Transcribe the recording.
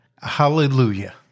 Hallelujah